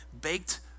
baked